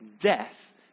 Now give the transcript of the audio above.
death